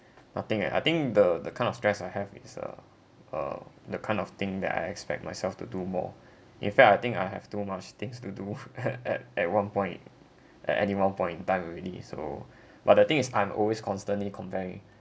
nothing at I think the the kind of stress I have is uh uh the kind of thing that I expect myself to do more in fact I think I have too much things to do at at one point at any one point in time already so but the thing is I'm always constantly complaining